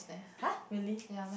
[huh] really